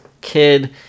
kid